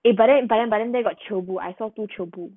it but then but then but then they got chiobu I saw two chiobu